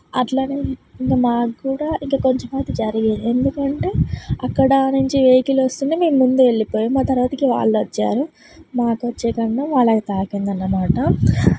అట్లానే ఇంక మాకు కూడా ఇంకా కొంచెం అయితే జరిగేది ఎందుకంటే అక్కడ నుంచి వెహికల్ వస్తుంటే మేము ముందు వెళ్ళిపోయాం మా తర్వాతకి వాళ్ళొచ్చారు మాకొచ్చే గండం వాళ్ళకి తాకిందనమాట